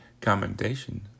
commendation